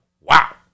wow